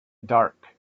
dark